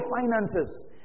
finances